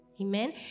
Amen